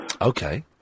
Okay